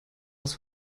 was